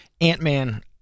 Ant-Man